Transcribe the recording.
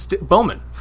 Bowman